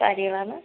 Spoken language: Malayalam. സാരികളാണ്